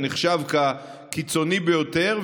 שנחשב כקיצוני ביותר,